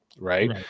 Right